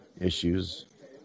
issues